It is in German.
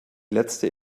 letzte